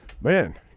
Man